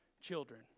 children